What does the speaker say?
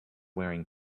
wearing